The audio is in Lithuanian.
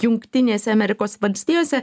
jungtinėse amerikos valstijose